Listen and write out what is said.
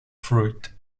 fruit